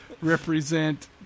represent